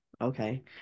okay